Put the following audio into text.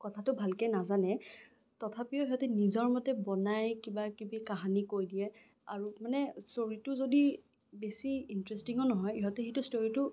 কথাটো ভালকে নাজানে তথাপিও সিহঁতে নিজৰ মতে বনাই কিবা কিবি কাহানী কৈ দিয়ে আৰু মানে ষ্ট্ৰৰিটো যদি বেছি ইণ্টেৰেষ্টিঙো নহয় ইহঁতে সেইটো ষ্টৰিটো